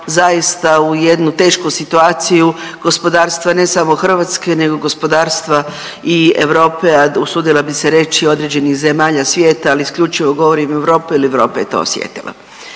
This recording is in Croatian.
zaista u jednu tešku situaciju gospodarstva ne samo Hrvatske, nego i gospodarstva i Europe, a usudila bih se reći i određenih zemalja svijeta, ali isključivo govorim Europa jer Europa je to osjetila.